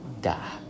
die